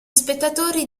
spettatori